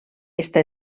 està